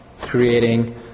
creating